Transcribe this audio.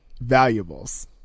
valuables